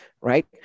right